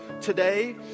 Today